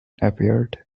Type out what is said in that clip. appeared